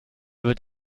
wird